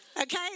Okay